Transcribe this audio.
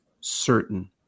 certain